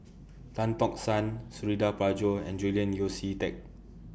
Tan Tock San Suradi Parjo and Julian Yeo See Teck